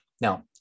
Now